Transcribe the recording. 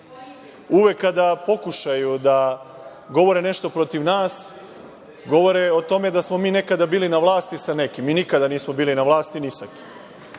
Uvek kada pokušaju da govore nešto protiv nas, govore o tome da smo mi nekada bili na vlasti sa nekim. Nikada nismo bili na vlasti ni sa kim.